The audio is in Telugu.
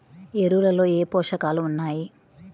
ఎరువులలో ఏ పోషకాలు ఉన్నాయి?